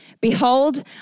behold